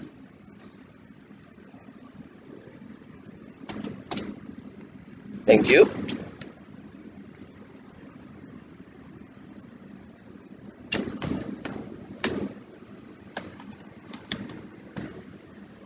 thank you